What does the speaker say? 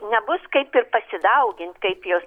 nebus kaip ir pasidaugint kaip jus